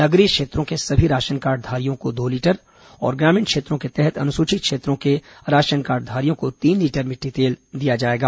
नगरीय क्षेत्रों के सभी राशनकार्डधारियों को दो लीटर और ग्रामीण क्षेत्रों के तहत अनुसूचित क्षेत्रों के राशनकार्डधारियों को तीन लीटर मिट्टी तेल दिया जाएगा